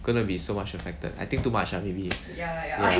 gonna be so much affected I think too much lah maybe ya